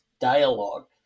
dialogue